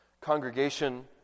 Congregation